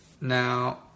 Now